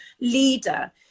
leader